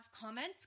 comments